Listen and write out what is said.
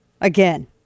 again